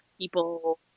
people